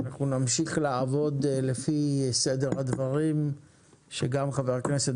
אנחנו נמשיך לעבוד לפי סדר הדברים שגם חבר הכנסת